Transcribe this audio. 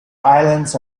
islands